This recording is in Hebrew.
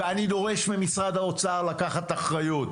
ואני דורש ממשרד האוצר לקחת אחריות.